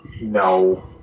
No